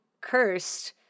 cursed